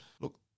look